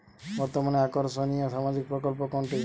বর্তমানে আকর্ষনিয় সামাজিক প্রকল্প কোনটি?